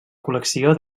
col·lecció